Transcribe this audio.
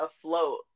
afloat